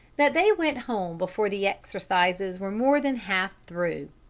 that they went home before the exercises were more than half through.